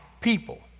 people